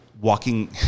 walking